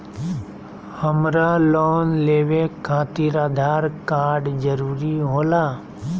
हमरा लोन लेवे खातिर आधार कार्ड जरूरी होला?